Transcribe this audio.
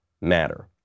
matter